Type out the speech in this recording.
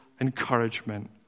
encouragement